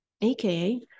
AKA